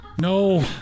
No